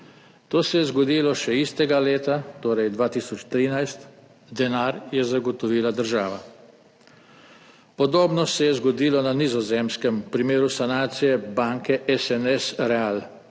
To se je zgodilo še istega leta, torej 2013, denar je zagotovila država. Podobno se je zgodilo na Nizozemskem v primeru sanacije banke SNS Reaal.